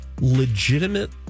legitimate